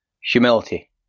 Humility